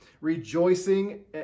rejoicing